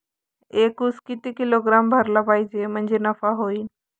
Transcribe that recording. एक उस किती किलोग्रॅम भरला पाहिजे म्हणजे नफा होईन?